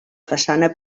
façana